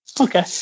Okay